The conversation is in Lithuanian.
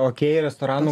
okei restoranų